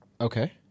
Okay